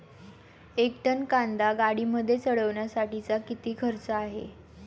एक टन कांदा गाडीमध्ये चढवण्यासाठीचा किती खर्च आहे?